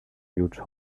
huge